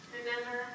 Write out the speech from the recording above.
Remember